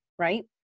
right